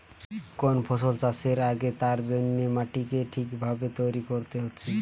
কোন ফসল চাষের আগে তার জন্যে মাটিকে ঠিক ভাবে তৈরী কোরতে হচ্ছে